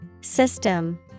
System